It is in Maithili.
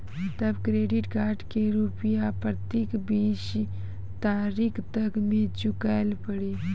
तब क्रेडिट कार्ड के रूपिया प्रतीक बीस तारीख तक मे चुकल पड़ी?